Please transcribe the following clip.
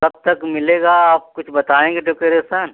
कब तक मिलेगा आप कुछ बताएँगे डेकोरेसन